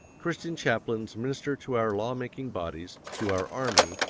christian chaplains minister to our law-making bodies, to our army,